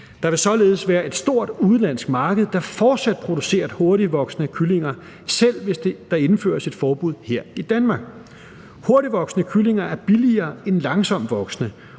Der vil således være et stort udenlandsk marked, der fortsat producerer hurtigtvoksende kyllinger, selv hvis der indføres et forbud her i Danmark. Hurtigtvoksende kyllinger er billigere end langsomtvoksende,